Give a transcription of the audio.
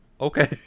okay